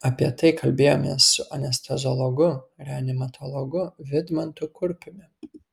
apie tai kalbėjomės su anesteziologu reanimatologu vidmantu kurpiumi